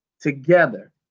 together